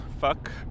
Fuck